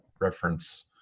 reference